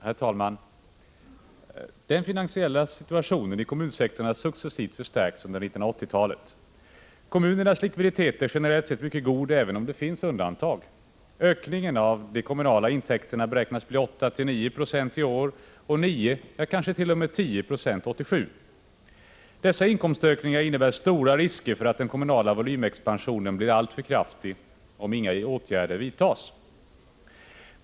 Herr talman! Den finansiella situationen i kommunsektorn har successivt förstärkts under 1980-talet. Kommunernas likviditet är generellt sett mycket god även om det finns undantag. Ökningen av de kommunala intäkterna beräknas bli 8—9 20 i år och 9, ja kanske t.o.m. 10 96 1987. Dessa inkomstökningar innebär stora risker för att den kommunala volymexpansionen blir alltför kraftig om inga åtgärder vidtas.